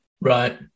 Right